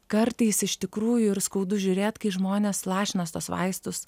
kartais iš tikrųjų ir skaudu žiūrėt kai žmonės lašinas tuos vaistus